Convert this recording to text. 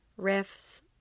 riffs